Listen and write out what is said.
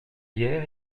hier